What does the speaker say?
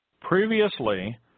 Previously